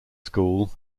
school